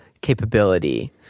capability